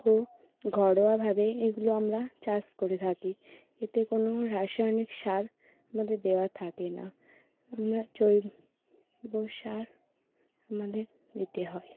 ও ঘরোয়াভাবে এইগুলো আমরা চাষ করে থাকি এতে কোনও রাসায়নিক সার আমাদের দেওয়া থাকে না আমরা জৈব সার আমাদের দিতে হয়